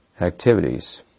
activities